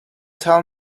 tell